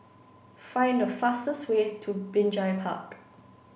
find the fastest way to Binjai Park